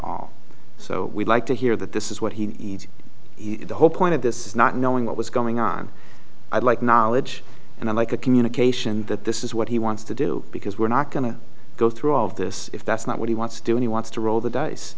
all so we'd like to hear that this is what he's hoping that this is not knowing what was going on i'd like knowledge and i like a communication that this is what he wants to do because we're not going to go through all of this if that's not what he wants to do and he wants to roll the dice